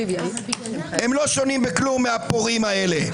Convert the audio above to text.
הם לא שונים בכלום מהפורעים האלה.